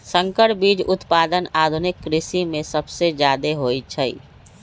संकर बीज उत्पादन आधुनिक कृषि में सबसे जादे होई छई